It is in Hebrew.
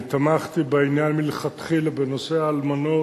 אני תמכתי בעניין מלכתחילה, בנושא האלמנות,